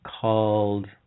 Called